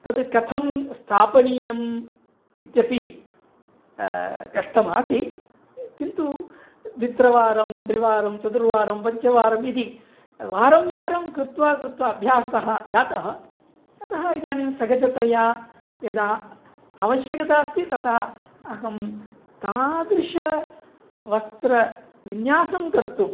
तद् कथं स्थापनीयम् इत्यपि कष्टमासीत् किन्तु द्वित्रिवारं त्रिवारं चतुर्वारं पञ्चवारम् इति वारं वारं कृत्वा कृत्वा अभ्यासः जातः अतः इदानीं सहजतया यदा आवश्यकता अस्ति ततः अहं तादृशवस्त्रविन्यासं कर्तुम्